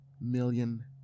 million